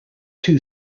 two